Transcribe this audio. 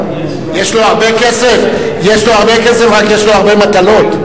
יש לו הרבה כסף, רק יש לו הרבה מטלות.